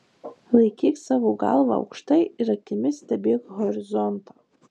laikyk savo galvą aukštai ir akimis stebėk horizontą